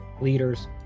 leaders